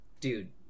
Dude